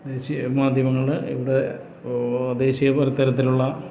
ദേശിയ മാധ്യമങ്ങൾ ഇവിടെ ദേശിയ പല തരത്തിലുള്ള